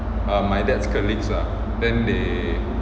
are my dad's colleagues lah then they